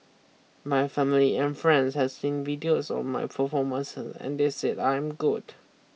my family and friends has seen videos of my performances and they said I am good